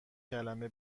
کلمه